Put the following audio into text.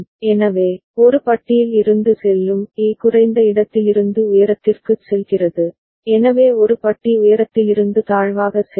எனவே ஒரு பட்டியில் இருந்து செல்லும் A குறைந்த இடத்திலிருந்து உயரத்திற்குச் செல்கிறது எனவே ஒரு பட்டி உயரத்திலிருந்து தாழ்வாக செல்லும்